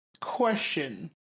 Question